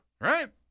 Right